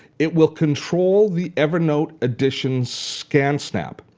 it will control the evernote edition scansnap.